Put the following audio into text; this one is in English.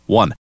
one